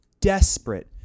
desperate